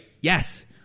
Yes